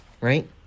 right